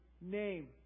name